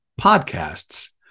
podcasts